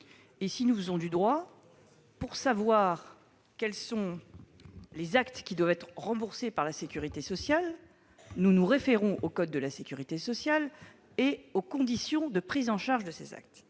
peut-être faire du droit ... Ainsi, pour savoir les actes qui doivent être remboursés par la sécurité sociale, nous nous référons au code de la sécurité sociale et aux conditions de prise en charge de ces actes,